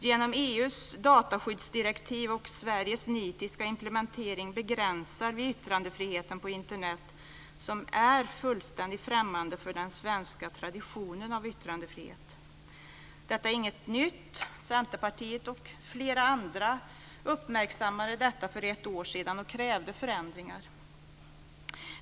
Genom EU:s dataskyddsdirektiv och Sveriges nitiska implementering begränsar vi yttrandefriheten på Internet, som är fullständigt främmande för den svenska traditionen av yttrandefrihet. Detta är inget nytt. Centerpartiet och flera andra uppmärksammade det för ett år sedan och krävde förändringar.